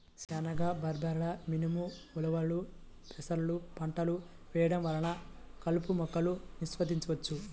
శనగ, బబ్బెర, మినుము, ఉలవలు, పెసర పంటలు వేయడం వలన కలుపు మొక్కలను నివారించవచ్చు